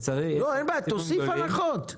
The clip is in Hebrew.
-- אין בעיה, תוסיף הנחות.